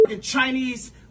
Chinese